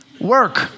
work